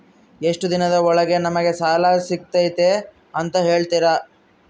ಎಷ್ಟು ದಿನದ ಒಳಗೆ ನಮಗೆ ಸಾಲ ಸಿಗ್ತೈತೆ ಅಂತ ಹೇಳ್ತೇರಾ?